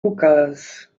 hookahs